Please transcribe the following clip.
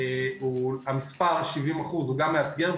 המספר 70% הוא גם מאתגר,